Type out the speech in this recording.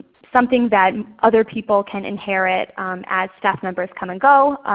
something that other people can inherit as staff members come and go,